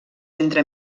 entre